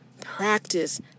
practice